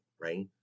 right